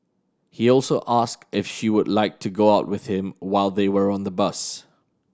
he also asked if she would like to go out with him while they were on the bus